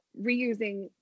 reusing